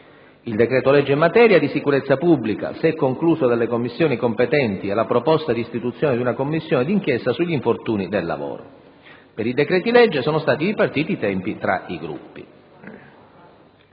il decreto-legge in materia di sicurezza pubblica, se concluso dalle Commissioni competenti, e la proposta di istituzione di una Commissione di inchiesta sugli infortuni sul lavoro. Per i decreti-legge sono stati ripartiti i tempi tra i Gruppi.